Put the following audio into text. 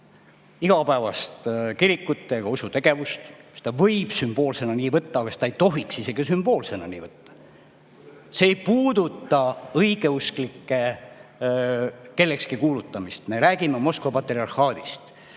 igapäevast kiriku‑ ega usutegevust. Seda võib sümboolsena niimoodi võtta, aga isegi ei tohiks nii sümboolsena võtta. See ei puuduta õigeusklike kellekski kuulutamist. Me räägime Moskva patriarhaadist.